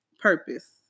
Purpose